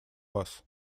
вас